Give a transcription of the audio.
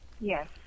Yes